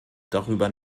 darüber